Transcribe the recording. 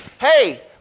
hey